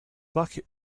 bucket